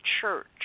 church